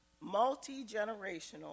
multi-generational